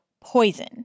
poison